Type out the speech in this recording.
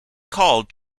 called